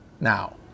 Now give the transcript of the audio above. now